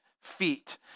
feet